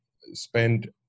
spend